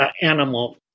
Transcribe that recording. animal